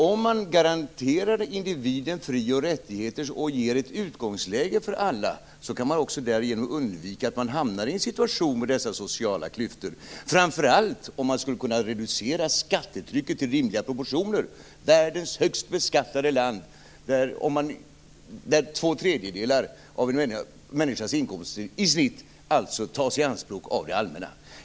Om man garanterar individen fri och rättigheter och ger ett utgångsläge för alla, kan man därigenom undvika att hamna i en situation med dessa sociala klyftor - framför allt om skattetrycket kan reduceras till rimliga proportioner. Detta är världens högst beskattade land, där i snitt två tredjedelar av en människas inkomster tas i anspråk av det allmänna.